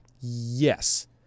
yes